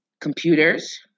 computers